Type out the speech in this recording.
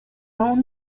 اون